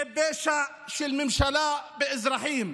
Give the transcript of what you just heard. זה פשע של ממשלה כלפי אזרחים.